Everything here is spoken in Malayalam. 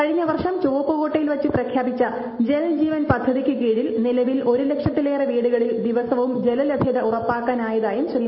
കഴിഞ്ഞവർഷം ചുവപ്പു കോട്ടയിൽ വച്ച് പ്രഖ്യാപിച്ച ജൽ ജീവൻ പദ്ധതിക്ക് കീഴിൽ നിലവിൽ ഒരു ലക്ഷത്തിലേറെ വീടുകളിൽ ദിവസവും ജല ലഭ്യത ഉറപ്പാക്കാനായതായും ശ്രീ